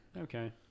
Okay